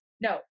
No